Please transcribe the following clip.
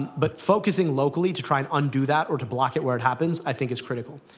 but focusing locally to try and undo that, or to block it where it happens, i think, is critical.